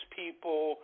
people